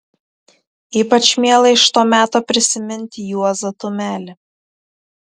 ypač miela iš to meto prisiminti juozą tumelį